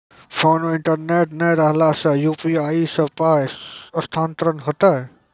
Phone मे internet नै रहला सॅ, यु.पी.आई सॅ पाय स्थानांतरण हेतै?